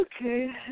okay